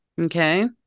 okay